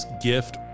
gift